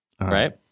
Right